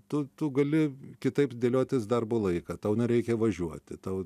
tu tu gali kitaip dėliotis darbo laiką tau nereikia važiuoti tau